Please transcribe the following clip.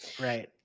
Right